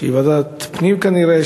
ועדת הפנים כנראה,